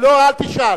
לא, אל תשאל.